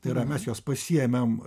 tai yra mes jos pasiėmėm